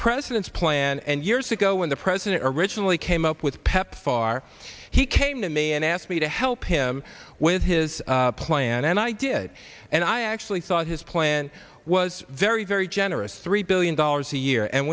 president's plan and years ago when the president originally came up with pepfar he came to me and asked me to help him with his plan and i did and i actually thought his plan was very very generous three billion dollars a year and